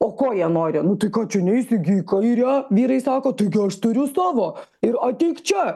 o ko jie nori nu tai ką čia neisi gi į kairę vyrai sako taigi aš turiu savo ir ateik čia